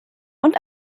und